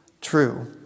true